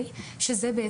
שזהו,